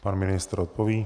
Pan ministr odpoví.